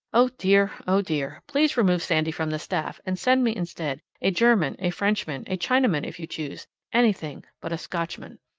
oh dear! oh dear! please remove sandy from the staff, and send me, instead, a german, a frenchman, a chinaman, if you choose anything but a scotchman.